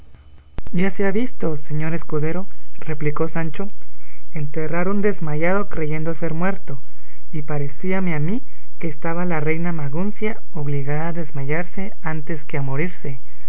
ya se ha visto señor escudero replicó sancho enterrar un desmayado creyendo ser muerto y parecíame a mí que estaba la reina maguncia obligada a desmayarse antes que a morirse